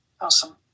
Awesome